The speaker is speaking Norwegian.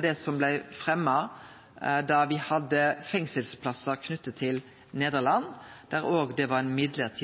det som blei fremja da me vedtok fengselsplassar i Nederland. Det låg i det forslaget at det var mellombels,